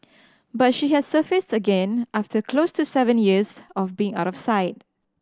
but she has surfaced again after close to seven years of being out of sight